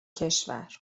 کشور